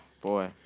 Boy